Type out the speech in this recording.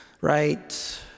right